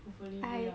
hopefully 不一样